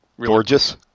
Gorgeous